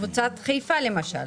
קבוצת חיפה למשל,